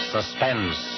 Suspense